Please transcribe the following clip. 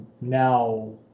now